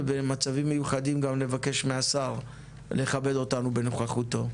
ובמצבים מיוחדים גם נבקש מהשר לכבד אותנו בנוכחותו.